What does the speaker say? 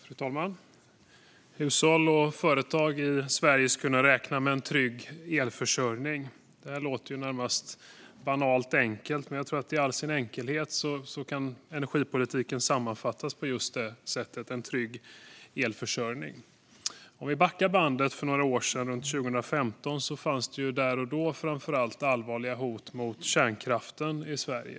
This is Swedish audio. Fru talman! Hushåll och företag i Sverige ska kunna räkna med en trygg elförsörjning. Det låter närmast banalt enkelt. I all sin enkelhet kan energipolitiken sammanfattas på just det sättet. Det ska vara en trygg elförsörjning. Om vi backar bandet några år till runt 2015 fanns det där och då framför allt allvarliga hot mot kärnkraften i Sverige.